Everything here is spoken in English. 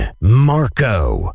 Marco